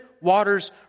waters